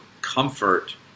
comfort